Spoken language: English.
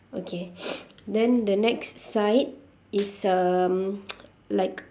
okay then the next side is um like